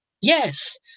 yes